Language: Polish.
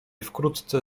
wkrótce